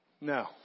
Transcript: No